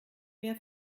mehr